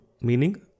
meaning